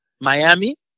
Miami